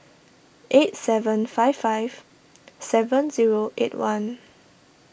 eight seven five five seven zero eight one